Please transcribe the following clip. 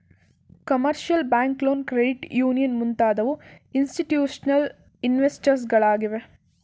commercial bank loan, credit union ಮುಂತಾದವು institutional investors ಗಳಾಗಿವೆ